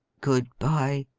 good bye!